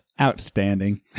Outstanding